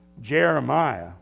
Jeremiah